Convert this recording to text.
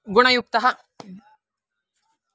गुणयुक्ताः